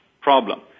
problem